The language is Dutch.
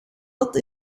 dat